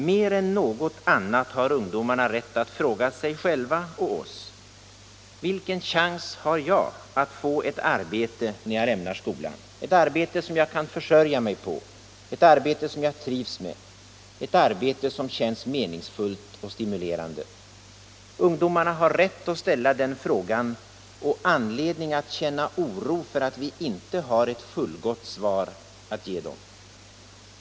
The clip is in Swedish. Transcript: Mer än något annat har ungdomarna rätt att fråga sig själva och oss: Vilken chans har jag att få ett arbete när jag lämnar skolan? Ett arbete som jag kan försörja mig på? Ett arbete som jag trivs med? Ett arbete som känns meningsfullt och stimulerande? Ungdomarna har rätt att ställa den frågan och anledning att känna oro för att vi inte har ett fullgott svar att ge dem.